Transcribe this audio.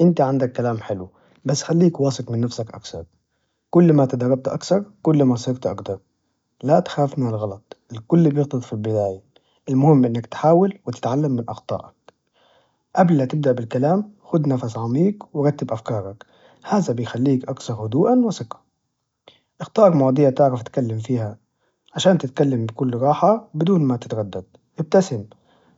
إنت عندك كلام حلو، بس خليك واثق من نفسك أكثر. كل ما تدربت أكثر كل ما صرت أقدر. لا تخاف من الغلط، الكل بيغلط في البداية. المهم إنك تحاول وتتعلم من أخطائك. قبل لا تبدأ بالكلام، خذ نفس عميق ورتب أفكارك. هذا بيخليك أكثر هدوءا وسقة، اختار مواضيع تعرف تكلم فيها عشان تتكلم بكل راحة بدون ما تتردد. ابتسم،